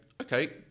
okay